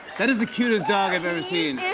that is the cutest dog i've ever seen.